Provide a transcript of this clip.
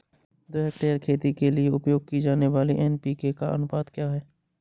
दो हेक्टेयर खेती के लिए उपयोग की जाने वाली एन.पी.के का अनुपात क्या है?